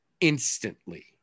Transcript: instantly